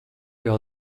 jau